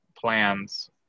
plans